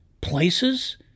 places